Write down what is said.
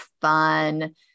fun